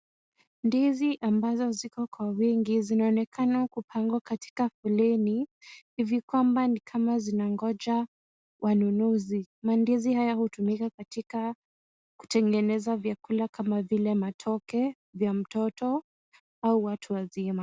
Ndizi ambazo ziko kwa wingi zinaonekana kupangwa katika foleni hivi kwamba ni kama zinangoja wanunuzi. Mandizi haya hutumika katika kutengeneza vyakula kama vile matoke vya mtoto au watu wazima.